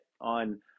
on